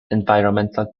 environmental